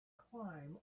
climb